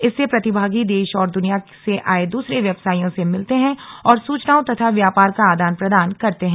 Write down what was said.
इससे प्रतिभागी देश और दुनिया से आये दूसरे व्यवसायियों से मिलते हैं और सूचनाओं तथा व्यापार का आदान प्रदान करते हैं